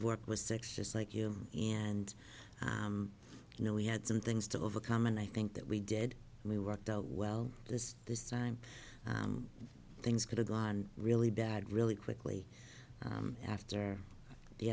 worked with six just like you and you know we had some things to overcome and i think that we did we worked out well this this time things could have gone really bad really quickly after the